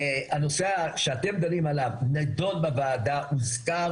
והנושא שאתם דנים עליו נידון בוועדה הוזכר